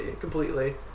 completely